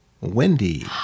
wendy